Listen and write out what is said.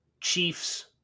Chiefs